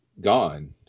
gone